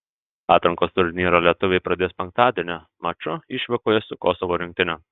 atrankos turnyrą lietuviai pradės penktadienį maču išvykoje su kosovo rinktine